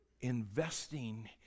investing